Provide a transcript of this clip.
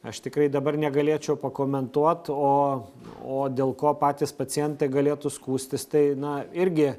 aš tikrai dabar negalėčiau pakomentuot o o dėl ko patys pacientai galėtų skųstis tai na irgi